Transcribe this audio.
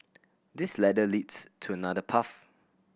this ladder leads to another path